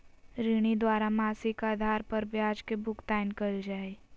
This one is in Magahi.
ऋणी द्वारा मासिक आधार पर ब्याज के भुगतान कइल जा हइ